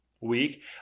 week